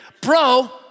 bro